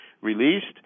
released